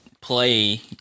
play